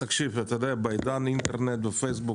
תקשיב, בעידן האינטרנט, הפייסבוק,